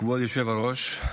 כבוד היושבת-ראש,